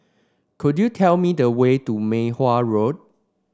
could you tell me the way to Mei Hwan Road